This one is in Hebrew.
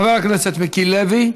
חבר הכנסת מיקי לוי,